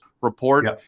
report